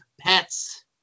pets